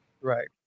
Right